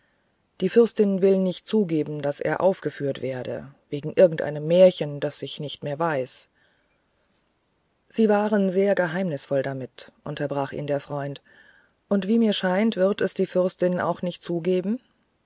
die fürstin will nicht zugeben daß er aufgeführt werde wegen irgend einem märchen das ich nicht mehr weiß sie waren sehr geheimnisvoll damit unterbrach ihn der freund und wie mir schien wird es die fürstin auch nicht zugeben